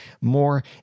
more